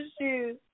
shoes